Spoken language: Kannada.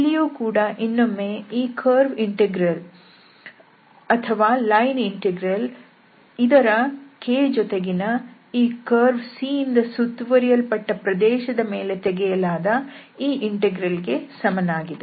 ಇಲ್ಲಿಯೂ ಕೂಡ ಇನ್ನೊಮ್ಮೆ ಈ ಕರ್ವ್ ಇಂಟೆಗ್ರಲ್ ಅಥವಾ ಲೈನ್ ಇಂಟೆಗ್ರಲ್ ಇದರ k ಜೊತೆಗಿನ ಈ ಕರ್ವ್ C ಯಿಂದ ಸುತ್ತುವರಿಯಲ್ಪಟ್ಟ ಪ್ರದೇಶದ ಮೇಲೆ ತೆಗೆಯಲಾದ ಈ ಇಂಟೆಗ್ರಲ್ ಗೆ ಸಮನಾಗಿದೆ